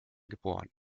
geboren